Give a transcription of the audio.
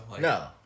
No